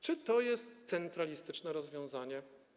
Czy to jest centralistyczne rozwiązanie?